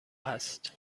هست